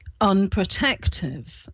unprotective